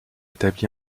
établit